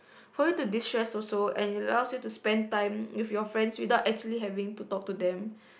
for you to distress also and allows you to spend time with your friends without having to talk to them